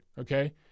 Okay